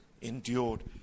endured